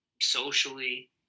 socially